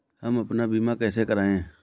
हम अपना बीमा कैसे कराए?